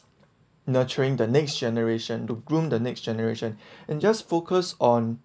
nurturing the next generation to groom the next generation and just focus on